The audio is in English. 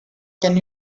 can